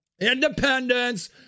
independence